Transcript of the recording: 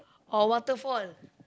or waterfall